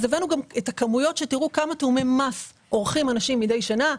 הבאנו את הכמויות כדי שתראו כמה תיאומי מס עורכים אנשים מדי שנה.